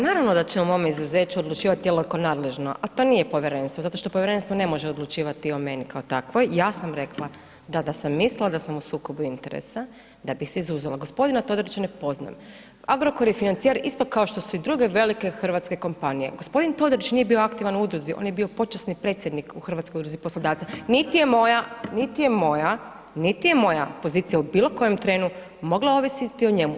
Naravno da će o mom izuzeću odlučivati tijelo ko nadležno, a to nije povjerenstvo, zato što povjerenstvo ne može o meni kao takvoj, ja sam rekla, da, da sam mislila da sam u sukobu interesa da bi se izuzela, gospodina Todorića ne poznam, Agrokor je financijer isto kao što su i druge velike hrvatske kompanije, gospodin Todorić nije bio aktivan u udruzi, on je bio počasni predsjednik u Hrvatskoj udruzi poslodavaca, niti je moja, niti je moja, niti je moja pozicija u bilo trenu mogla ovisiti o njemu.